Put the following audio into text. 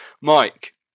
Mike